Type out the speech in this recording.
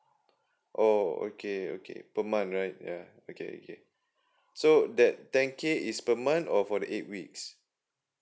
oh okay okay per month right yeah okay okay so that ten k is per month or for the eight weeks